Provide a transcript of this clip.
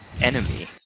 enemy